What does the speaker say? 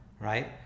right